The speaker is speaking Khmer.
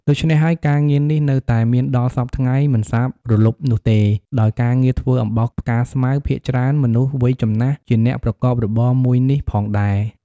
ដូចច្នេះហើយ ការងារនេះនៅតែមានដល់សព្វថ្ងៃមិនសាបរលុបនោះទេ ដោយការងារធ្វើអំបោសផ្កាស្មៅភាគច្រើនមនុស្សវ័យចំណាស់ជាអ្នកប្រកបរបរមួយនេះផងដៃរ។